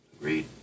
Agreed